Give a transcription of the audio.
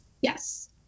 Yes